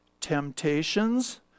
temptations